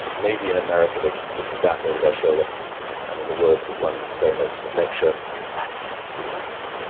maybe in america they keep looking back over their shoulder and in the words of one famous lecture that used to be us,